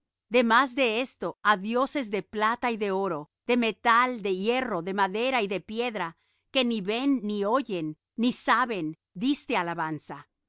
demás de esto á dioses de plata y de oro de metal de hierro de madera y de piedra que ni ven ni oyen ni saben diste alabanza